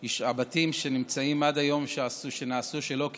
הבתים שנמצאים עד היום ונעשו שלא בהיתר,